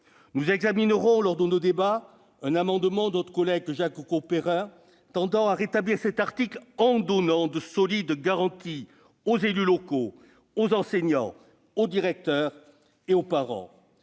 Nous examinerons lors de nos débats un amendement de notre collègue Jacques Grosperrin tendant à rétablir cet article en donnant de solides garanties aux élus locaux, aux enseignants, aux directeurs et aux parents.